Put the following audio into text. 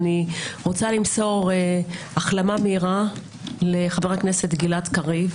אני רוצה למסור החלמה מהירה לחבר הכנסת גלעד קריב,